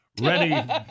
ready